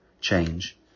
change